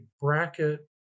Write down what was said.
bracket